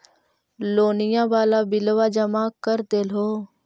लोनिया वाला बिलवा जामा कर देलहो?